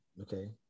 Okay